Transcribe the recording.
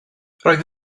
roedd